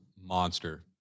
Monster